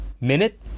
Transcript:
Minute